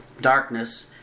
darkness